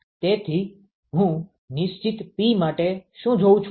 તેથી હું નિશ્ચિત P માટે શું જોઉં છું